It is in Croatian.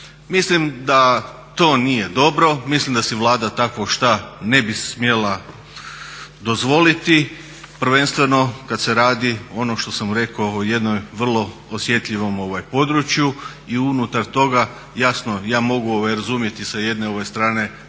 Mislim da to nije dobro, mislim da si Vlada takvo šta ne bi smjela dozvoliti prvenstveno kad se radi ono što sam rekao o jednom vrlo osjetljivom području i unutar toga jasno ja mogu razumjeti sa jedne strane